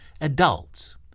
adults